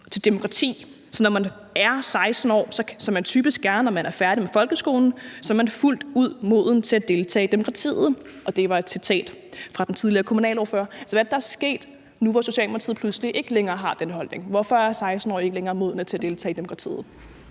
til demokrati, så når man er 16 år, som man typisk er, når man er færdig med folkeskolen, er man fuldt ud moden til at deltage i demokratiet. Så hvad er det, der er sket nu, hvor Socialdemokratiet pludselig ikke længere har den holdning? Hvorfor er 16-årige ikke længere modne til at deltage i demokratiet?